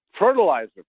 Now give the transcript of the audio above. Fertilizer